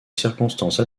circonstance